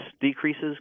decreases